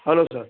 hello sir